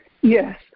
Yes